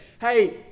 hey